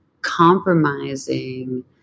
compromising